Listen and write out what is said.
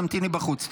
תמתיני בחוץ.